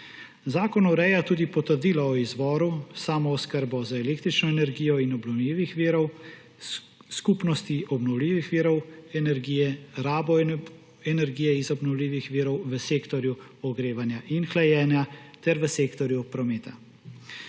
Zakon ureja tudi potrdilo o izvoru, samooskrbo z električno energijo in obnovljivimi viri, skupnosti obnovljivih virov energije, rabo energije iz obnovljivih virov v sektorju ogrevanja in hlajenja ter v sektorju prometa.